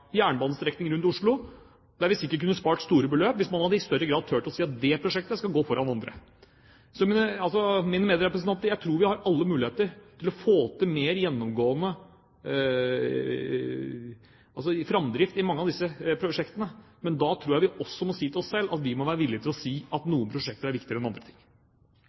rundt Oslo, der man sikkert kunne spart store beløp hvis man i større grad hadde turt å si at dette prosjektet skal gå foran andre. Til mine medrepresentanter: Vi har alle muligheter til å få til mer gjennomgående framdrift i mange av disse prosjektene, men da tror jeg vi også må være villige til å si at noen prosjekter er viktigere enn andre. Helt til slutt vil jeg bare si at denne debatten igjen har vist – og det er